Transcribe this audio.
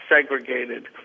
segregated